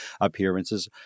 appearances